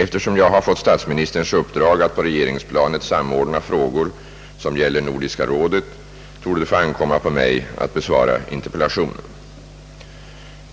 Eftersom jag har fått statsministerns uppdrag att på regeringsplanet samordna frågor, som gäller Nordiska rådet, torde det få ankomma på mig att besvara interpellationen.